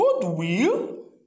goodwill